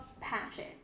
passion